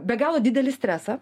be galo didelį stresą